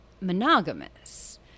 monogamous